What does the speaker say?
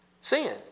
Sin